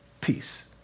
peace